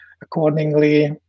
accordingly